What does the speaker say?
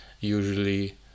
usually